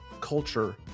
culture